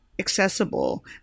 Accessible